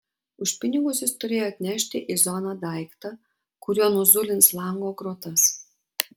už pinigus jis turėjo atnešti į zoną daiktą kuriuo nuzulins lango grotas